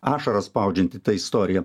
ašaras spaudžianti ta istorija